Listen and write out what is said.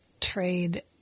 trade